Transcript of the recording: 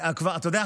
אתה יודע,